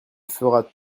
fera